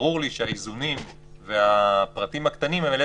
ברור לי שהאיזונים והפרטים הקטנים הם אלה